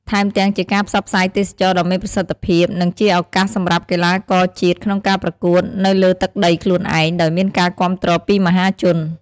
ថែមទាំងជាការផ្សព្វផ្សាយទេសចរណ៍ដ៏មានប្រសិទ្ធភាព និងជាឱកាសសម្រាប់កីឡាករជាតិក្នុងការប្រកួតនៅលើទឹកដីខ្លួនឯង ដោយមានការគាំទ្រពីមហាជន។